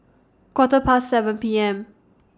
Quarter Past seven P M